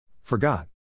Forgot